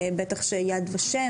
בטח שיד ושם,